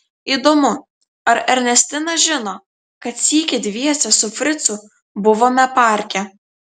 įdomu ar ernestina žino kad sykį dviese su fricu buvome parke